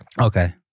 Okay